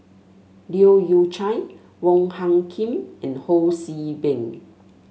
Leu Yew Chye Wong Hung Khim and Ho See Beng